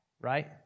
right